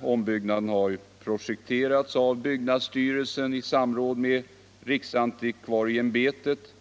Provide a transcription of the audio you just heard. ombyggnaden har projekterats av byggnadsstyrelsen i samråd med riksantikvarieämbetet.